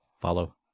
Follow